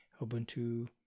Ubuntu